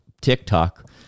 tiktok